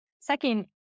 Second